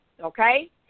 Okay